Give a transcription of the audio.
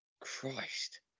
Christ